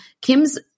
kim's